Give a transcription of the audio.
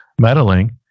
meddling